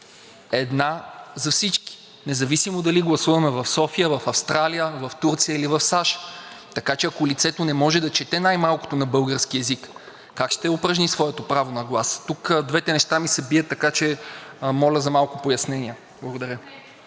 една за всички, независимо дали гласуваме в София, в Австралия, в Турция или в САЩ. Така че, ако лицето не може да чете най-малкото на български език, как ще упражни своето право на глас? Тук двете неща ми се бият, така че моля за малко пояснения. Благодаря.